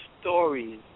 stories